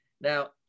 Now